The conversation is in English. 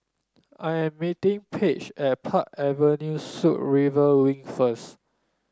I am meeting Page at Park Avenue Suites River Wing first